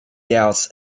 doubts